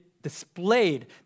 Displayed